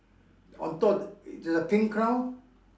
on top the there's a pink crown